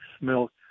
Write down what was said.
milk